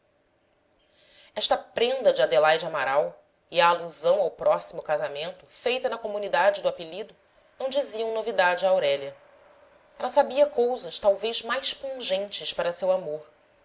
esta prenda de adelaide amaral e a alusão ao próximo casamento feita na comunidade do apelido não diziam novidade a aurélia ela sabia cousas talvez mais pungentes para seu amor